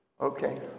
Okay